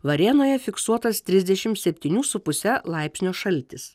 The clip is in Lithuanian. varėnoje fiksuotas trisdešim septynių su puse laipsnio šaltis